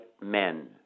men